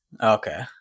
Okay